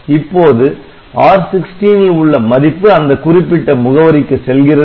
இப்போது R16 ல் உள்ள மதிப்பு அந்த குறிப்பிட்ட முகவரிக்கு செல்கிறது